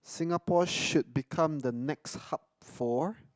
Singapore should become the next hub for